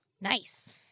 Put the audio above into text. Nice